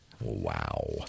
Wow